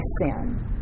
sin